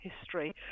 history